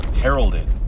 heralded